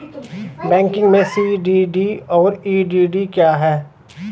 Banking में CDD और EDD क्या हैं?